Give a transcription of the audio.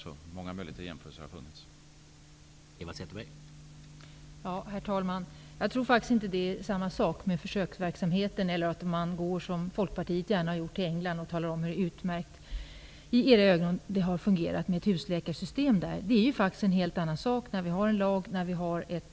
Det har alltså funnits många möjligheter att göra jämförelser.